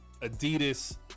Adidas